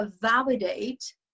validate